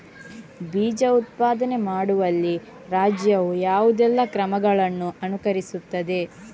ಬೀಜ ಉತ್ಪಾದನೆ ಮಾಡುವಲ್ಲಿ ರಾಜ್ಯವು ಯಾವುದೆಲ್ಲ ಕ್ರಮಗಳನ್ನು ಅನುಕರಿಸುತ್ತದೆ?